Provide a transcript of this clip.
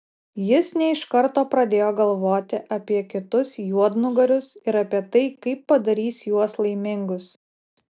jis ne iš karto pradėjo galvoti apie kitus juodnugarius ir apie tai kaip padarys juos laimingus